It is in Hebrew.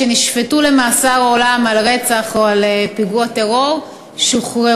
שנשפטו למאסר עולם על רצח או על פיגוע טרור ושוחררו,